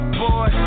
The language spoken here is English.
boy